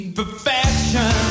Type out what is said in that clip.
perfection